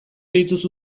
dituzu